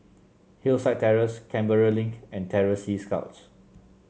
Hillside Terrace Canberra Link and Terror Sea Scouts